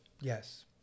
Yes